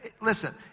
Listen